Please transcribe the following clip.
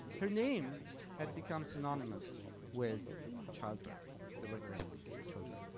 her name had become synonymous with childbirth delivering children.